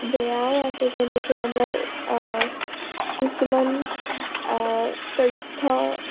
বেয়াও আছে যেনেকৈ আমাৰ কিছুমান তথ্য